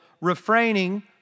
refraining